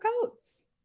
coats